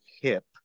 hip